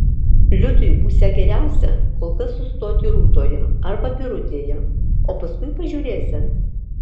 liudui būsią geriausia kol kas sustoti rūtoje arba birutėje o paskui pažiūrėsią